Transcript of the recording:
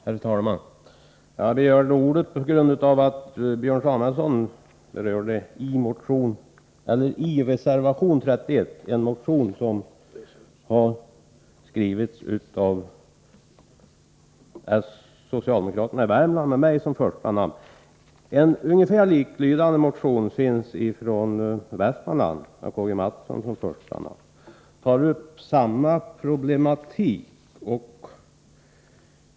Herr talman! Jag begärde ordet på grund av att Björn Samuelson yrkade bifall till reservation 31, som anknyter till en motion som har väckts av socialdemokraterna i Värmland där mitt namn står först. En ungefär likalydande motion, som tar upp samma problematik, finns från Västmanland med K.-G. Mathsson som första namn.